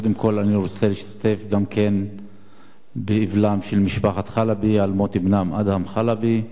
קודם כול אני רוצה להשתתף באבלה של משפחת חלבי על מות בנם אדהם חלבי,